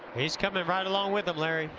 he's coming in right along with them, larry.